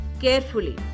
carefully